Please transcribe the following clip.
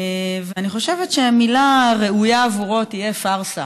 ואני חושבת שהמילה ראויה עבורו תהיה פארסה,